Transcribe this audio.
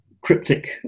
cryptic